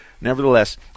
Nevertheless